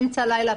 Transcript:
אמצע לילה.